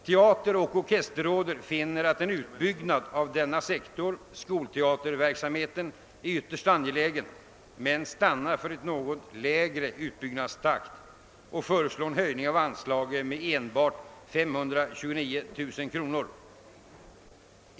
Teateroch orkesterrådet finner att en utbyggnad av denna sektor — skolteaterverksamheten — är ytterst angelägen men stannar för en något lägre utbyggnadstakt och föreslår en höjning av anslaget med blott 529 000 kronor.